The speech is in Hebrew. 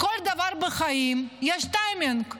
לכל דבר בחיים יש טיימינג.